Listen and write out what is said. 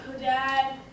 dad